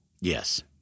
Yes